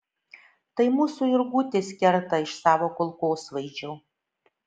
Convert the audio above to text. tai mūsų jurgutis kerta iš savo kulkosvaidžio